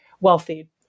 wealthy